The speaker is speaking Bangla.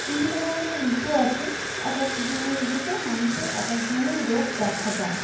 বিভিন্ন ধরণের ঋতু আছে এক এক ধরণের ঋতুতে মানুষের এক এক ধরণের রোগ দেখা যায়